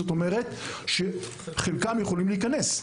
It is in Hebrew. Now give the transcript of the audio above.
זאת אומרת שחלקם יכלו להיכנס.